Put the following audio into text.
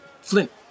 Flint